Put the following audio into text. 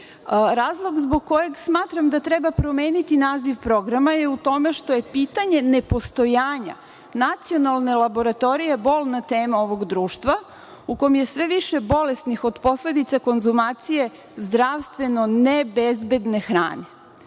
zbog kojeg smatram da treba promeniti naziv programa je u tome što je pitanje nepostojanja nacionalne laboratorije bolna tema ovog društva u kome je sve više bolesnih od posledica konzumacije zdravstveno ne bezbedne hrane.